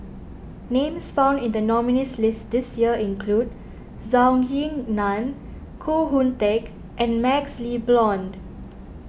names found in the nominees'list this year include Zhou Ying Nan Koh Hoon Teck and MaxLe Blond